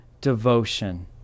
devotion